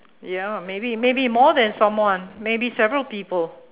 ya maybe maybe more than someone maybe several people